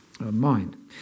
mind